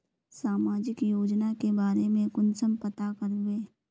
सामाजिक योजना के बारे में कुंसम पता करबे?